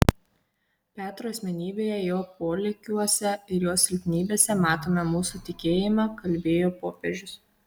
petro asmenybėje jo polėkiuose ir jo silpnybėse matome mūsų tikėjimą kalbėjo popiežius